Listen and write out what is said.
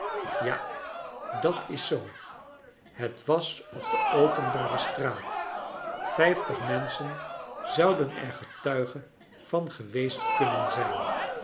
ja dat is zoo het was op de openbare straat vijftig menschen zouden er getuige van geweest kunnen zijn